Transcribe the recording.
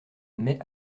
mais